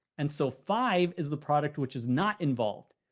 and so five is the product which is not involved.